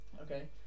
Okay